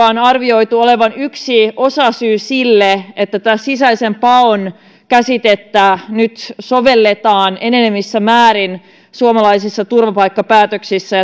on arvioitu olevan yksi osasyy sille että tätä sisäisen paon käsitettä nyt sovelletaan enenevissä määrin suomalaisissa turvapaikkapäätöksissä